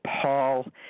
Paul